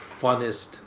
funnest